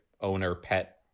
owner-pet